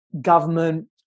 government